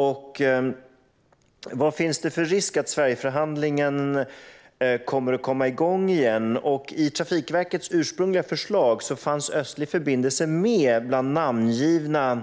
Och vad finns det för risk för att Sverigeförhandlingen kommer att komma igång igen? I Trafikverkets ursprungliga förslag fanns Östlig förbindelse med bland namngivna